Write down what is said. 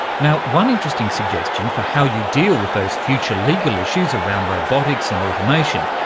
now, one interesting suggestion for how you deal with those future legal issues around robotics and automation,